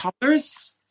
colors